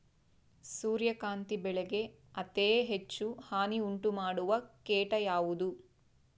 ಸೂರ್ಯಕಾಂತಿ ಬೆಳೆಗೆ ಅತೇ ಹೆಚ್ಚು ಹಾನಿ ಉಂಟು ಮಾಡುವ ಕೇಟ ಯಾವುದು?